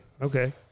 Okay